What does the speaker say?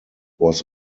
was